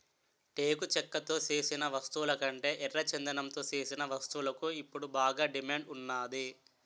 టేకు చెక్కతో సేసిన వస్తువులకంటే ఎర్రచందనంతో సేసిన వస్తువులకు ఇప్పుడు బాగా డిమాండ్ ఉన్నాది